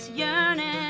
yearning